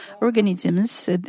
organisms